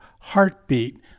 heartbeat